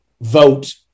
vote